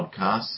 podcasts